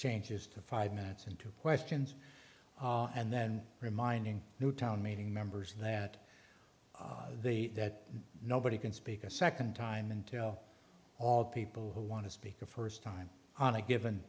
changes to five minutes into questions and then reminding new town meeting members that the that nobody can speak a second time until all people who want to speak a first time on a given